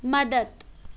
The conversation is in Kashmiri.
مدتھ